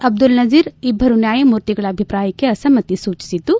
ಅಬ್ಬುಲ್ ನಜೀರ್ ಇಬ್ಬರು ನ್ಯಾಯಮೂರ್ತಿಗಳ ಅಭಿಪ್ರಾಯಕ್ಕೆ ಅಸಮ್ಮತಿ ಸೂಚಿಸಿದ್ದು